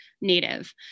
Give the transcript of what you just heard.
native